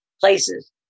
places